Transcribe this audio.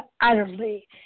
utterly